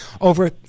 Over